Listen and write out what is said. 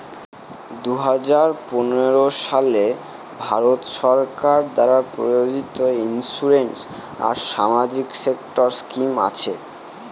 দুই হাজার পনেরো সালে ভারত সরকার দ্বারা প্রযোজিত ইন্সুরেন্স আর সামাজিক সেক্টর স্কিম আছে